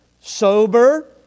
sober